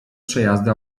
przejazdy